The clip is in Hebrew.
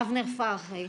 אבנר פרחי,